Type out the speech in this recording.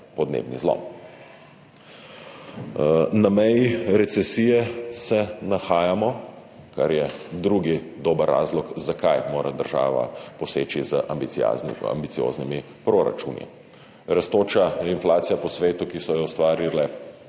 podnebni zlom. Na meji recesije se nahajamo, kar je drugi dober razlog, zakaj mora država poseči z ambicioznimi proračuni. Rastoča inflacija po svetu, ki so jo ustvarjale